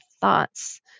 thoughts